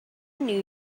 knew